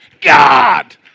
God